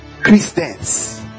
Christians